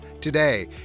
today